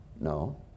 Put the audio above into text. No